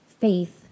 faith